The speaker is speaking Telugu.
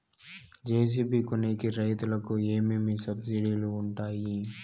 జె.సి.బి కొనేకి రైతుకు ఏమేమి సబ్సిడి లు వుంటాయి?